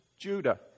Judah